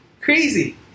Crazy